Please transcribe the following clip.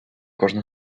кожну